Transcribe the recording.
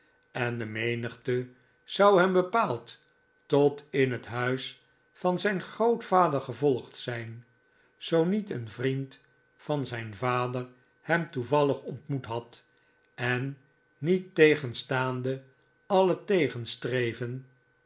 en de menigte zou hem bepaald tot in het huis van zijn grootvader gevolgd zijn zoo niet een vriend van zijn vader hem toevallig ontmoet had en niettegenstaande alle